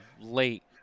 late